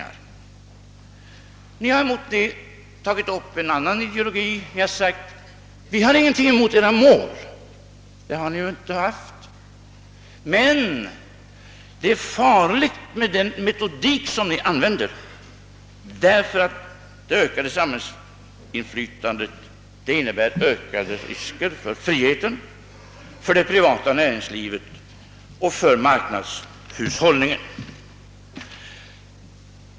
Mot detta har ni tagit upp en annan ideologi och sagt: Vi har ingenting emot socialdemokraternaås mål, men den metodik ni använder är farlig, ty den ökar samhällsinflytandet och innebär därför ökade risker för friheten, det privata näringslivet och marknadshushållningen.